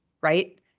right